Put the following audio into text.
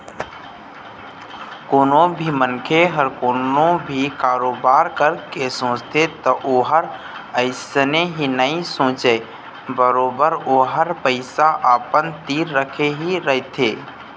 कोनो भी मनखे ह कोनो भी कारोबार करे के सोचथे त ओहा अइसने ही नइ सोचय बरोबर ओहा पइसा अपन तीर रखे ही रहिथे